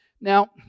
Now